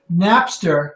Napster